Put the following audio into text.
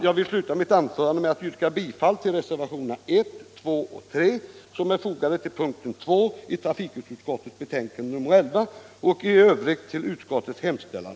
Jag vill sluta mitt anförande med att yrka bifall till reservationerna 1, 2 och 3 som är fogade till punkten 2 i trafikutskottets betänkande nr 11. I övrigt yrkar jag bifall till utskottets hemställan.